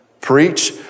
Preach